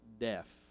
death